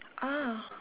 ah